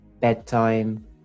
bedtime